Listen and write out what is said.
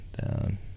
down